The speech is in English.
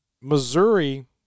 Missouri